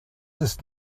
ist